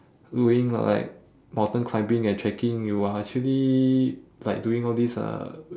doing like mountain climbing and trekking you are actually like doing all these uh